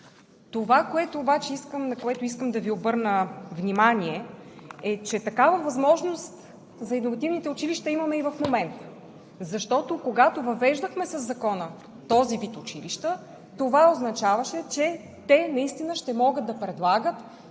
обаче, на което искам да Ви обърна внимание, е, че такава възможност за иновативните училища имаме и в момента, защото, когато въвеждахме със Закона този вид училища, това означаваше, че те наистина ще могат да предлагат